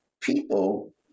People